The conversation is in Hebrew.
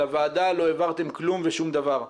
לוועדה לא העברתם כלום ושום דבר.